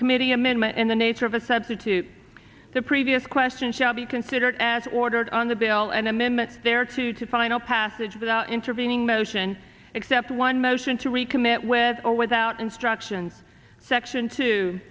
committee amendment in the nature of a substitute the previous question shall be considered as ordered on the bill and amendment there too to final passage without intervening motion except one motion to recommit with or without instructions section t